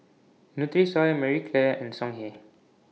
Nutrisoy Marie Claire and Songhe